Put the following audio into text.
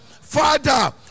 Father